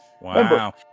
Wow